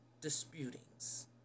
disputings